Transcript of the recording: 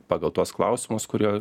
pagal tuos klausimus kurie